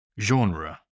genre